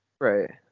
Right